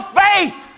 faith